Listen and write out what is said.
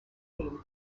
theme